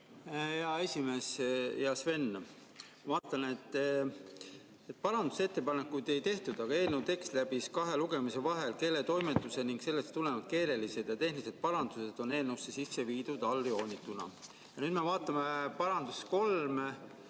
hea esimees! Hea Sven! Vaatan, et parandusettepanekuid ei tehtud, aga eelnõu tekst läbis kahe lugemise vahel keeletoimetuse ning sellest tulenevalt on keelelised ja tehnilised parandused eelnõusse sisse viidud ja alla joonitud. Ja nüüd me vaatame parandust